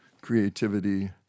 creativity